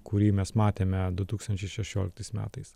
kurį mes matėme du tūkstančiai šešioliktais metais